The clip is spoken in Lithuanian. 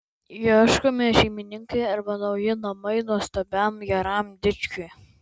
ieškomi šeimininkai arba nauji namai nuostabiam geram dičkiui